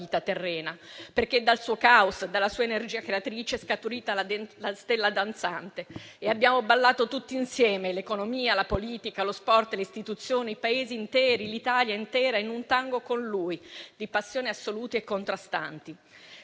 terrena, perché dal suo caos e dalla sua energia creatrice è scaturita la stella danzante e abbiamo ballato tutti insieme - l'economia, la politica, lo sport, le istituzioni, Paesi interi, l'Italia intera - un tango con lui di passioni assolute e contrastanti.